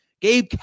Gabe